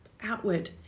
outward